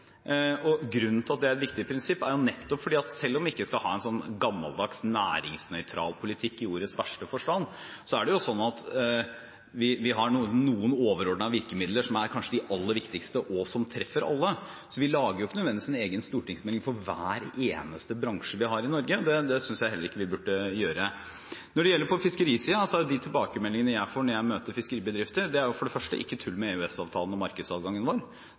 Grunnen til at det er et viktig prinsipp, er nettopp at selv om vi ikke skal ha en gammeldags næringsnøytral politikk i ordets verste forstand, er det kanskje aller viktigste at vi har noen overordnede virkemidler som treffer alle. Vi lager ikke nødvendigvis en egen stortingsmelding for hver eneste bransje vi har i Norge, og det synes jeg heller ikke vi burde gjøre. Når det gjelder fiskerisiden, er tilbakemeldingene jeg får når jeg møter fiskeribedrifter, for det første: Ikke tull med EØS-avtalen og markedsadgangen vår.